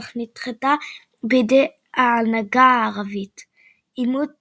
אך נדחתה בידי ההנהגה הערבית; עימות